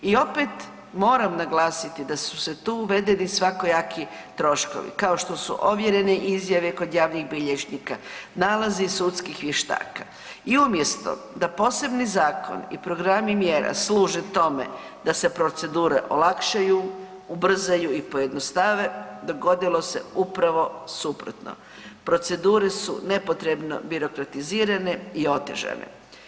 I opet moram naglasiti da su se tu uvedeni svakojaki troškovi, kao što su ovjerene izjave kod javnih bilježnika, nalazi sudskih vještaka i umjesto da posebni zakon i programi mjera služe tome da se procedure olakšaju, ubrzaju i pojednostave, dogodilo se upravo suprotno, procedure su nepotrebno birokratizirane i otežane.